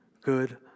good